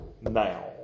now